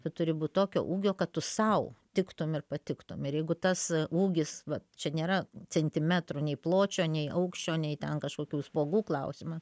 tu turi būt tokio ūgio kad tu sau tiktum ir patiktum ir jeigu tas ūgis vat čia nėra centimetrų nei pločio nei aukščio nei ten kažkokių spuogų klausimas